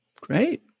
Great